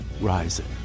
rising